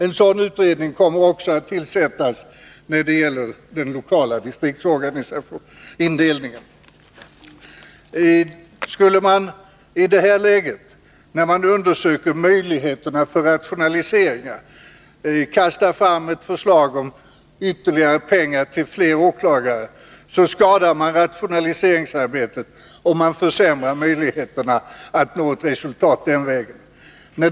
En liknande utredning kommer senare att tillsättas för en översyn av den lokala distriktsindelningen. Skulle man i detta läge när man undersökt möjligheterna till rationaliseringar kasta fram ett förslag om ytterligare pengar till flera åklagare, skulle man skada rationaliseringsarbetet och försämra utsikterna att nå ett resultat den vägen.